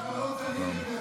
תודה רבה.